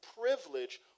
privilege